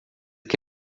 que